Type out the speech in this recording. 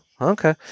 Okay